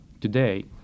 today